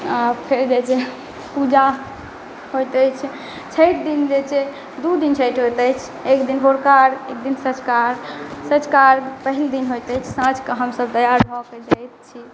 आ फेर जे छै पूजा होइत अछि छठि दिन जे छै दू दिन छठि होइत अछि एकदिन भोरका अर्घ एकदिन साँझुका अर्घ साँझुका अर्घ पहिल दिन होइत अछि साँझ के हमसब तैयार भऽ कऽ जाइ छी